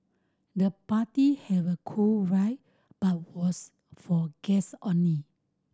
the party have a cool vibe but was for guest only